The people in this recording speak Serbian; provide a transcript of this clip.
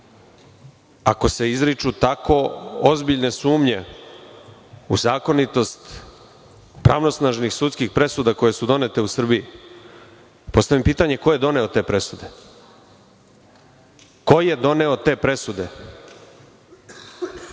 se izriču tako ozbiljne sumnje u zakonitost pravosnažnih sudskih presuda koje su donete u Srbiji, postavljam pitanje ko je doneo te presude? Ko je doneo te presude?